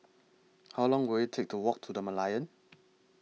How Long Will IT Take to Walk to The Merlion